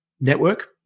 network